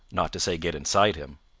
not to say get inside him.